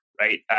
right